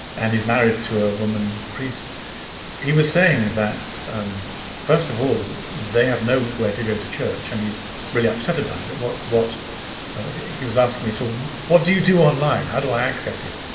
and he's married to a woman priest he was saying that um first of all they have nowhere to go to church and he's really upset about it what what he was asking me. so what do you do online? how do i access it?